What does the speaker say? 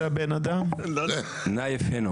תעביר אחר כך טלפון שלו.